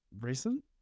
recent